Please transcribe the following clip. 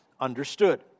understood